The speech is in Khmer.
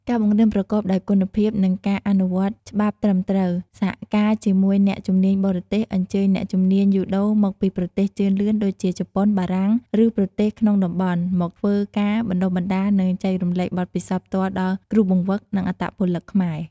ការបង្រៀនប្រកបដោយគុណភាព និងការអនុវត្តច្បាប់ត្រឹមត្រូវ សហការជាមួយអ្នកជំនាញបរទេសអញ្ជើញអ្នកជំនាញយូដូមកពីប្រទេសជឿនលឿនដូចជា ជប៉ុន បារាំង ឬប្រទេសក្នុងតំបន់ មកធ្វើការបណ្តុះបណ្តាល និងចែករំលែកបទពិសោធន៍ផ្ទាល់ដល់គ្រូបង្វឹក និងអត្តពលិកខ្មែរ ។